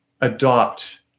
adopt